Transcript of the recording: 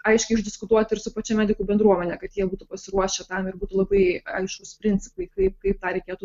aiškiai išdiskutuoti ir su pačia medikų bendruomene kad jie būtų pasiruošę tam ir būtų labai aiškūs principai kaip kaip tą reikėtų